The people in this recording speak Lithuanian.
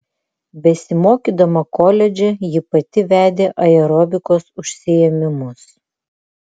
besimokydama koledže ji pati vedė aerobikos užsiėmimus